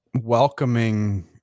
welcoming